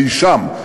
והיא שם,